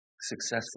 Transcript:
successful